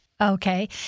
Okay